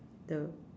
the